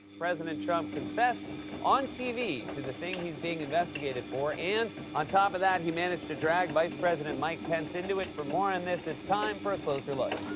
president trump confessed on tv to the thing he's being investigated for, and on top of that, he managed to drag vice president mike pence into it. for more on this, it's time for a closer look.